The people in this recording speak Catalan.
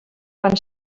van